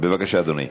בבקשה, אדוני.